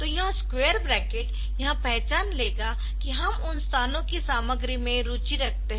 तो यह square bracket यह पहचान लेगा कि हम उन स्थानों की सामग्री में रुचि रखते है